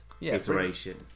iteration